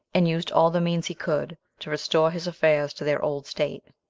and used all the means he could to restore his affairs to their old state.